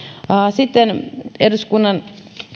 sitten eduskunnan